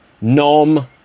Nom